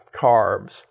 carbs